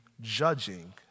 judging